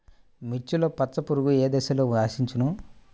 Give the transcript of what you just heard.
మిర్చిలో పచ్చ పురుగు ఏ దశలో ఆశించును?